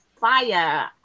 fire